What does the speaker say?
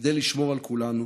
כדי לשמור על כולנו.